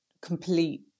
complete